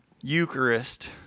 Eucharist